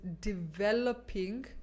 developing